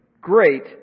great